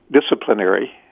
disciplinary